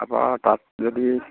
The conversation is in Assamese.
তাপা তাত যদি